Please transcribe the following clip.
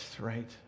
right